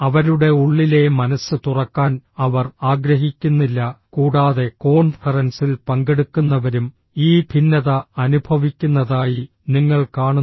അവരുടെ ഉള്ളിലെ മനസ്സ് തുറക്കാൻ അവർ ആഗ്രഹിക്കുന്നില്ല കൂടാതെ കോൺഫറൻസിൽ പങ്കെടുക്കുന്നവരും ഈ ഭിന്നത അനുഭവിക്കുന്നതായി നിങ്ങൾ കാണുന്നു